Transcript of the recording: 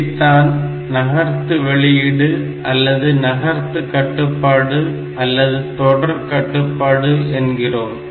இதைத்தான் நகர்த்து வெளியீடு அல்லது நகர்த்து கட்டுப்பாடு அல்லது தொடர் கட்டுப்பாடு என்கிறோம்